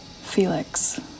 Felix